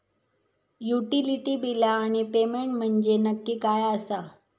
Utility बिला आणि payment म्हंजे नक्की काय आसा?